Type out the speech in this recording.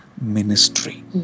ministry